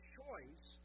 choice